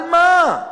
על מה?